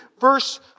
verse